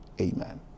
amen